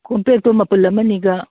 ꯀꯣꯝꯄ꯭ꯔꯦꯛꯇꯨ ꯃꯄꯨꯟ ꯑꯃꯅꯤꯒ